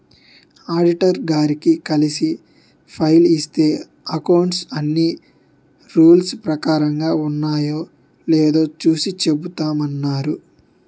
auditor గారిని కలిసి file ఇస్తే అకౌంట్స్ అన్నీ రూల్స్ ప్రకారం ఉన్నాయో లేదో చూసి చెబుతామన్నారు